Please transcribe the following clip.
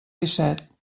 disset